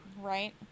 Right